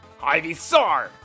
Ivysaur